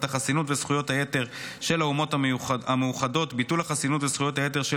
החסינות וזכויות היתר של האומות המאוחדות (ביטול החסינויות וזכויות היתר של